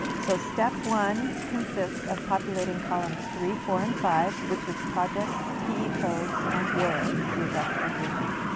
so step one consists of populating columns three, four and five, which is projects, pe codes and where geographic location.